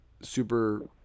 super